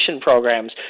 programs